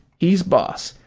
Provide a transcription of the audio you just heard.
he's boss.